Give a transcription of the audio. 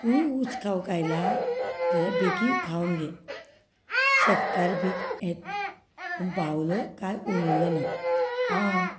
तुंवूय ऊस खावंक आयला जाल्यार बेगीन खावन घे शेतकार बी येयत पूण बावलो कांय उलयलो ना आं